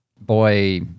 boy